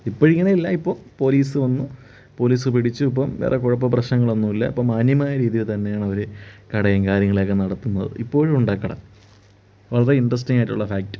ഇപ്പോൾ ഇങ്ങനെയല്ല ഇപ്പോൾ പോലീസ് വന്ന് പോലീസ് പിടിച്ചു ഇപ്പോൾ വേറെ കുഴപ്പമോ പ്രശ്നങ്ങളൊന്നുമില്ല ഇപ്പോൾ മാന്യമായ രീതിയിൽ തന്നെയാണ് അവർ കടയും കാര്യങ്ങളൊക്കെ നടത്തുന്നത് ഇപ്പോഴും ഉണ്ട് ആ കട വളരെ ഇൻറ്ററസ്റ്റിംഗ് ആയിട്ടുള്ള ഫാക്ട്